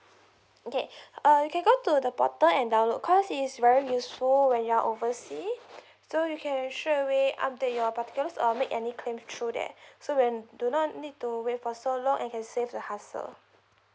okay uh you can go to the portal and download cause it's very useful when you're oversea so you can straightaway update your particulars or make any claim through there so when do not need to wait for so long and can save the hassle